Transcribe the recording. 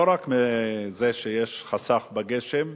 לא רק מזה שיש חסך בגשם,